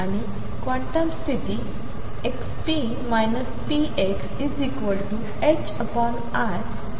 आणि क्वांटम स्थिती xp pxiI matrix म्हणून दर्शवली गेली आहे